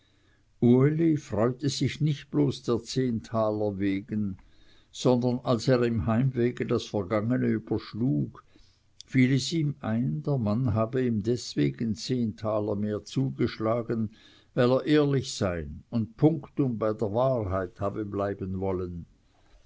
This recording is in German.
uli freute sich nicht bloß der zehn taler wegen sondern als er im heimwege das vergangene überschlug fiel es ihm ein der mann habe ihm deswegen zehn taler mehr zugeschlagen weil er ehrlich sein und punktum bei der wahrheit habe bleiben wollen